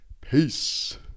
peace